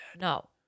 No